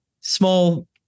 small